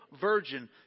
virgin